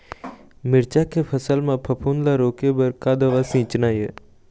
मिरचा के फसल म फफूंद ला रोके बर का दवा सींचना ये?